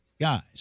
guys